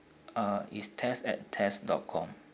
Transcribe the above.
uh is test at test dot com